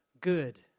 good